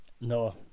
No